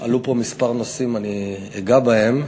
עלו פה כמה נושאים, אני אגע בהם.